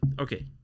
okay